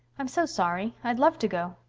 i'm so sorry. i'd love to go.